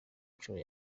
nshuro